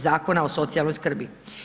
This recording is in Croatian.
Zakona o socijalnoj skrbi.